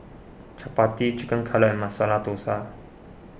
Chapati Chicken Cutlet and Masala Dosa